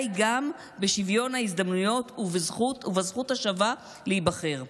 היא גם בשוויון ההזדמנויות ובזכות השווה להיבחר.